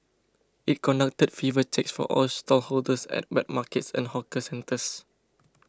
it conducted fever checks for all stallholders at wet markets and hawker centres